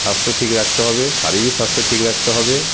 স্বাস্থ্য ঠিক রাখতে হবে শারীরিক স্বাস্থ্য ঠিক রাখতে হবে